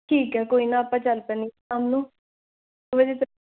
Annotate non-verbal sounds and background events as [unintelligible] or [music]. ਠੀਕ ਹੈ ਕੋਈ ਨਾ ਆਪਾਂ ਚੱਲ ਪੈਨੇ ਆ ਸ਼ਾਮ ਨੂੰ [unintelligible]